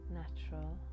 natural